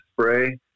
spray